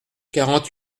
quarante